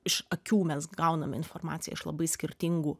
iš akių mes gauname informaciją iš labai skirtingų